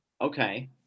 Okay